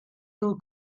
will